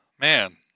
Man